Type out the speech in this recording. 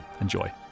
Enjoy